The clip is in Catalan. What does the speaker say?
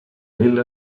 lila